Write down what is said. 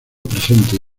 presente